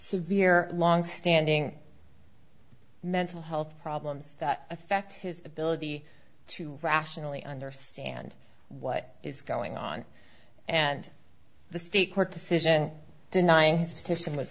severe longstanding mental health problems that affect his ability to rationally understand what is going on and the state court decision denying his petition w